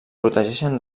protegeixen